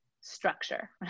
structure